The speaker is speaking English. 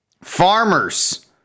Farmers